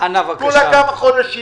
כמה חודשים.